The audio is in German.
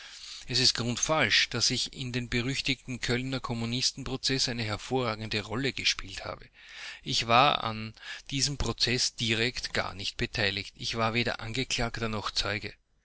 es ist grundfalsch daß ich in dem berüchtigten kölner kommunistenprozeß eine hervorragende rolle gespielt habe ich war an diesem prozeß direkt gar nicht beteiligt ich war weder angeklagter noch zeuge